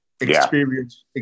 experience